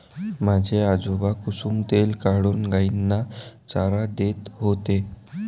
माझे आजोबा कुसुम तेल काढून गायींना चारा देत होते